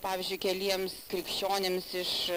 pavyzdžiui keliems krikščionims iš